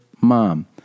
MOM